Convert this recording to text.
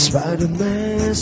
Spider-Man